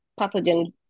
pathogen